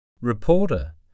Reporter